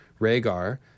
Rhaegar